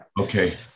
Okay